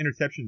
interceptions